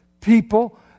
People